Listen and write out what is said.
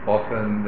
often